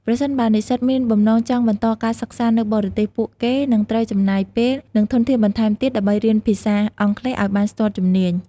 ប្រសិនបើនិស្សិតមានបំណងចង់បន្តការសិក្សានៅបរទេស ពួកគេនឹងត្រូវចំណាយពេល និងធនធានបន្ថែមទៀតដើម្បីរៀនភាសាអង់គ្លេសឱ្យបានស្ទាត់ជំនាញ។